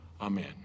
Amen